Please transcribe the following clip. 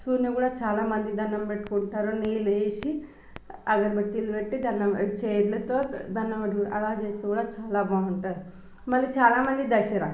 సూర్యున్ని కూడా చాలామంది దండం పెట్టుకుంటారు నీళ్ళు వేసి అగరబత్తీలు పెట్టి దండం పెట్టి చేతులతో దండం పెట్టుకుంటారు అలా చేస్తే కూడా చాలా బాగుంటుంది మళ్ళీ చాలామంది దసరా